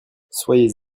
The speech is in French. soyez